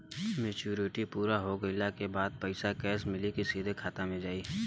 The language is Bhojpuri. मेचूरिटि पूरा हो गइला के बाद पईसा कैश मिली की सीधे खाता में आई?